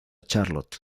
charlotte